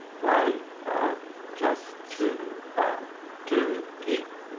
why just to to keep,